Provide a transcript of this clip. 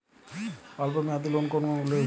অল্প মেয়াদি লোন কোন কোনগুলি?